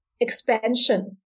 expansion